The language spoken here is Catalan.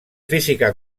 física